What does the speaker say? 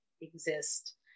exist